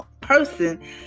person